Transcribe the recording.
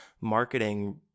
marketing